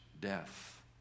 death